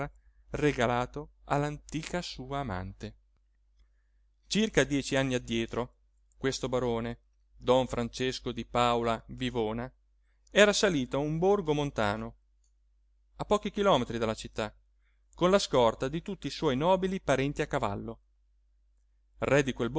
regalato all'antica sua amante circa dieci anni addietro questo barone don francesco di paola vivona era salito a un borgo montano a pochi chilometri dalla città con la scorta di tutti i suoi nobili parenti a cavallo